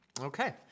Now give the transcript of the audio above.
Okay